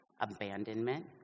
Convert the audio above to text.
abandonment